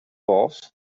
boss